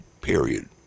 period